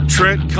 Trent